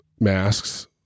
masks